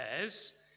says